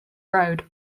road